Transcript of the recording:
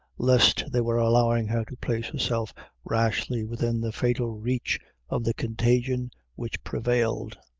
lest they were allowing her to place herself rashly within the fatal reach of the contagion which prevailed.